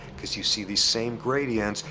because you see these same gradients.